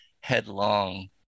headlong